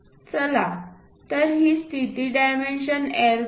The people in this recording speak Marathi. चला तर हे स्थिती डायमेन्शन L पाहू